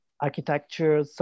architecture